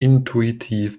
intuitiv